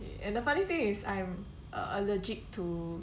and the funny thing is I'm allergic to